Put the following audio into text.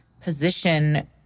position